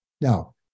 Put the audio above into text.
Now